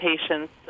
patients